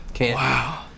Wow